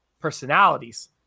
personalities